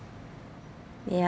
ya